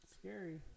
scary